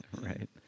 Right